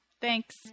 Thanks